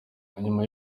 nyuma